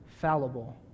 fallible